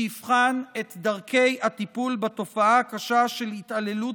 שיבחן את דרכי הטיפול בתופעה הקשה של התעללות